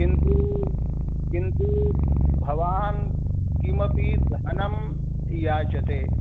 किन्तु किन्तु भवान् किमपि धनं याचते